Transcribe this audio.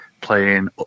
playing